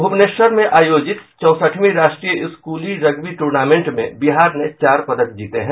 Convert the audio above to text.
भूवनेश्वर में आयोजित चौसठवीं राष्ट्रीय स्कूली रग्बी टूर्नामेंट में बिहार ने चार पदक जीते हैं